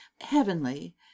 heavenly